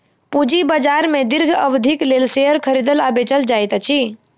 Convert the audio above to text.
पूंजी बाजार में दीर्घ अवधिक लेल शेयर खरीदल आ बेचल जाइत अछि